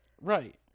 Right